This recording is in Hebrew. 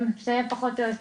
זה פחות או יותר.